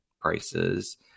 prices